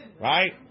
Right